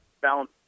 balance